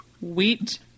wheat